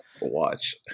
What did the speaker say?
watch